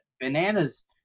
Bananas